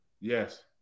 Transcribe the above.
Yes